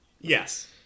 Yes